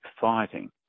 fighting